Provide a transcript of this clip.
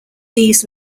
these